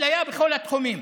אפליה בכל התחומים: